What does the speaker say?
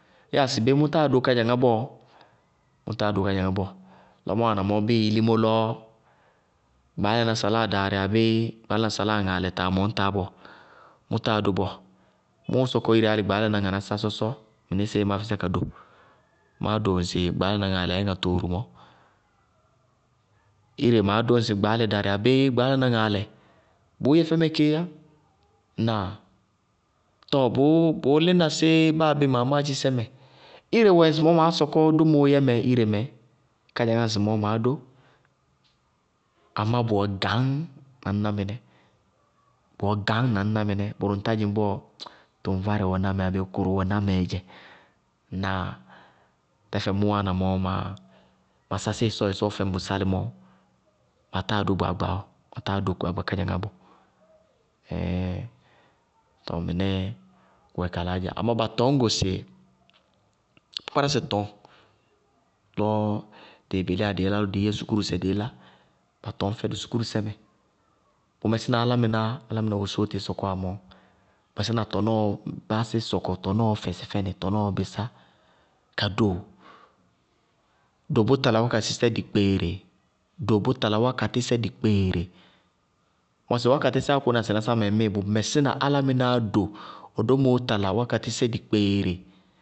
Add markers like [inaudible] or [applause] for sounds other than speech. Yáa sɩbé mʋ táa dó kádzaŋá bɔɔ, mʋ táa dó kádzaŋá bɔɔ. Lɔ má wáana mɔɔ bíɩ ilimó lɔ, gbaálaná saláa ŋaalɛ taa mʋñ táá bɔɔ mʋ táa dó bɔɔ, mʋʋ sɔkɔ ire álɩ gbaálaná ŋanásá sɔsɔ mɩnísíɩ má físá ka do, máá do ŋsɩ gbaálaná ŋaalɛ abéé ŋatooo mɔɔ. Ire maá dó ŋsɩ gbaálɛ darɩ abéé gbaálaná ŋaalɛ, bʋʋ yɛ fɛmɛ kéé yá. Ŋnáa? Tɔɔ bʋʋ lína séé báa bé maamáátchisɛ mɛ, ire wɛ maá sɔkɔ ŋsɩmɔɔ dómoó yɛmɛ ire mɛ, kádzaŋá ŋsɩmɔɔ maá dó. Amá bʋwɛ gañ na ñná mɩnɛ. Bʋrʋ ŋ tá dzɩŋ bɔɔ tʋŋvárɛ wɛná mɛ abéé kʋrʋ yúkú wá mɛɛ dzɛ. Ŋnáa? Tɛfɛ mʋʋ wáana mɔɔ ma sasí ɩsɔɔ, ɩsɔɔ fɛmɛ bʋ sálɩmɔ, ma táa dó gbaagba ɔɔ ma táa dó gbaagba kádzaŋá bɔɔ, [hesitation] tɔɔ mɩnɛɛ kʋwɛ ka laá dzɛ. Amá ba tɔñ go sɩ, kpákpárásɛ tɔñ lɔ dɩɩ bɛlíya dɩí lá lɔ dɩ yɛ sukúru dɩí lá ba tɔñ fɛdʋ sukúrusɛ mɛ: bʋ mɛsína álámɩnáá, álámɩná wosóotíi sɔkɔwá mɔɔ bʋ mɛsína tɔnɔɔ báásí sɔkɔ tɔnɔɔ fɛsɩ fɛnɩ tɔnɔɔ bisá ka do ñ do bʋ tala wákatɩsɛ dikpeere, mɔsɩ wákatɩsɛ áko na sɩnásá mɛ ŋmíɩ bʋ mɛsína álámɩnáá do ɔ domoó tala wákatɩsɛ dikpeere.